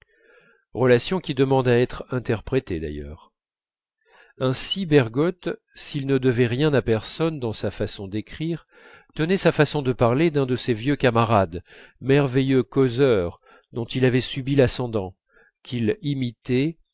relation qui demande à être interprétée d'ailleurs ainsi bergotte s'il ne devait rien à personne dans sa façon d'écrire tenait sa façon de parler d'un de ses vieux camarades merveilleux causeur dont il avait subi l'ascendant qu'il imitait